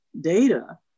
data